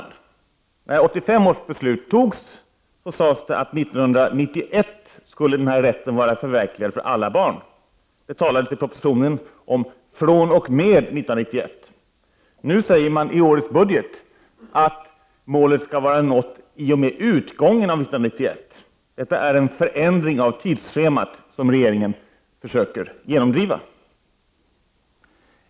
När 1985 års beslut fattades sades det att denna rätt till barnomsorg för alla barn skulle vara förverkligad 1991. Det talades i propositionen om att detta skulle ske fr.o.m. 1991. Nu säger regeringen i årets budget att målet skall vara uppnått i och med utgången av 1991. Detta innebär att regeringen försöker genomdriva en förändring av tidsschemat.